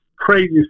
crazy